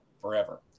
forever